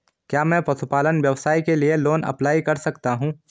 क्या मैं पशुपालन व्यवसाय के लिए लोंन अप्लाई कर सकता हूं?